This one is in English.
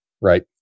right